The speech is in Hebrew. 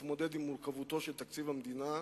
להתמודד עם מורכבותו של תקציב המדינה,